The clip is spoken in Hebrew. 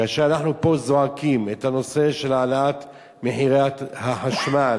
כאשר אנחנו פה זועקים את הנושא של העלאת מחירי החשמל,